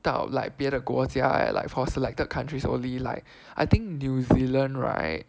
到 like 别的国家 like for selected countries only like I think New Zealand right